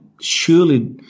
surely